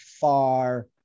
far